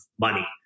money